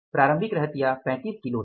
प्रारंभिक रहतिया 35 किलो था